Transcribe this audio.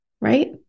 right